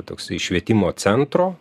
toksai švietimo centro